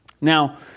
Now